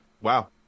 Wow